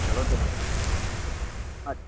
चलो दिक्खो अच्छा